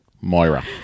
Moira